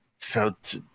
felt